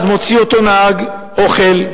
אותו נהג מוציא אוכל,